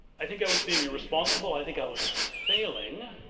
i think i was being irresponsible, i think i was failing